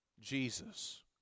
Jesus